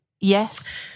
Yes